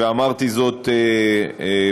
ואמרתי זאת בעבר,